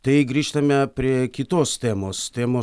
tai grįžtame prie kitos temos temos